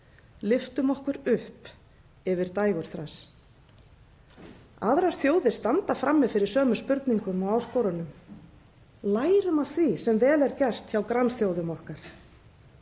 Lyftum okkur upp yfir dægurþras. Aðrar þjóðir standa frammi fyrir sömu spurningum. Lærum af því sem vel er gert hjá grannþjóðum okkar.